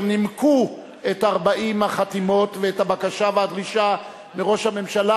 נימקו את 40 החתימות ואת הבקשה והדרישה מראש הממשלה,